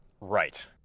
Right